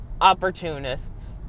opportunists